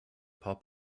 pop